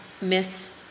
miss